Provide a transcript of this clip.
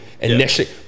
initially